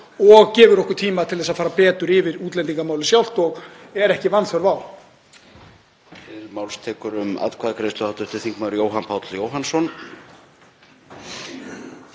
og gefur okkur tíma til að fara betur yfir útlendingamálið sjálft og er ekki vanþörf á.